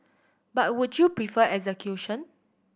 but would you prefer execution